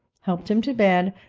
helped him to bed,